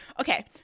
Okay